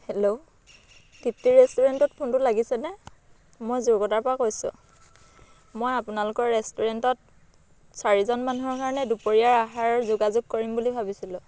hello Dipti ৰেষ্টুৰেণ্টত ফোনটো লাগিছেনে মই জুকটাৰ পৰা কৈছোঁ মই আপোনালোকৰ ৰেষ্টুৰেণ্টত চাৰিজন মানুহৰ কাৰণে দুপৰীয়াৰ আহাৰ যোগাযোগ কৰিম বুলি ভাবিছিলোঁ